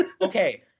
Okay